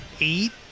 eight